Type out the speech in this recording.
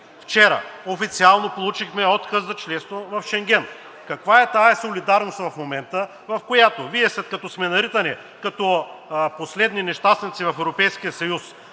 вчера официално получихме отказ за членство в Шенген. Каква е тази солидарност в момента, с която Вие, след като сме наритани като последни нещастници в